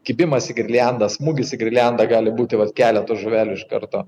kibimas į girliandą smūgis į girliandą gali būti vat keleto žuvelių iš karto